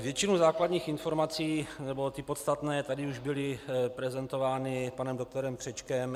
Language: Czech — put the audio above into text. Většina základních informací, nebo ty podstatné tady už byly prezentovány panem doktorem Křečkem.